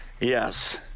Yes